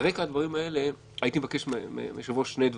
על רקע הדברים האלה הייתי מבקש מהיושב-ראש שני דברים.